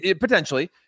Potentially